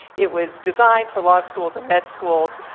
it was designed for law schools and med schools.